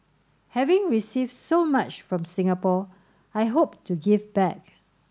having received so much from Singapore I hope to give back